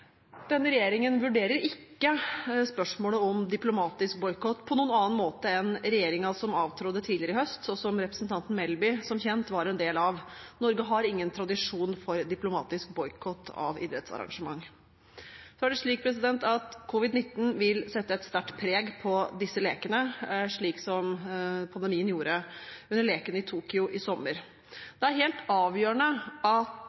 Denne regjeringen vurderer ikke spørsmålet om diplomatisk boikott på noen annen måte enn regjeringen som fratrådte tidligere i høst, som representanten Melby som kjent var en del av. Norge har ingen tradisjon for diplomatisk boikott av idrettsarrangement. Nå er det slik at covid-19 vil sette et sterkt preg på disse lekene, som pandemien gjorde under lekene i Tokyo i sommer. Det er helt avgjørende at internasjonal presse får utføre sitt arbeid uhindret innenfor de